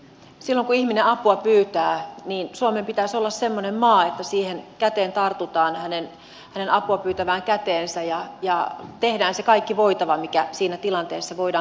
silloin kun ihminen apua pyytää suomen pitäisi olla semmoinen maa että siihen käteen tartutaan hänen apua pyytävään käteensä ja tehdään se kaikki voitava mikä siinä tilanteessa voidaan tehdä